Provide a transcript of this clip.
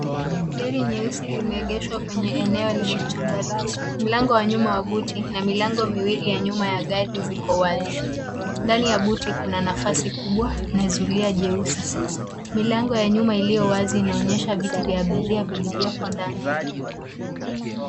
Gari nyeusi limeegeshwa kwenye eneo lenye changarawe, mlango wa nyuma wa buti na milango miwili ya nyuma ya gari ziko wazi. Ndani ya buti kuna nafasi kubwa na zulia jeusi. Milango ya nyuma iliyowazi inaonyesha viti vya abiria vilivyoko ndani.